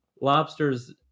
lobsters